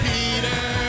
Peter